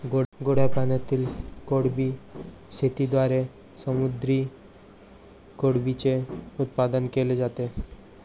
गोड्या पाण्यातील कोळंबी शेतीद्वारे समुद्री कोळंबीचे उत्पादन केले जाते